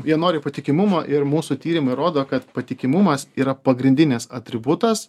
jie nori patikimumo ir mūsų tyrimai rodo kad patikimumas yra pagrindinis atributas